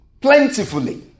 plentifully